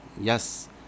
yes